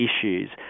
issues